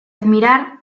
admirar